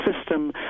system